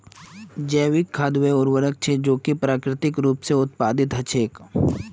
जैविक खाद वे उर्वरक छेक जो कि प्राकृतिक रूप स उत्पादित हछेक